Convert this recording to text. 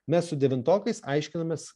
mes su devintokais aiškinamės